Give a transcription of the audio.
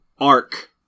arc